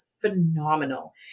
phenomenal